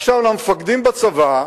עכשיו למפקדים בצבא: